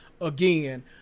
again